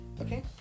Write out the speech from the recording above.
Okay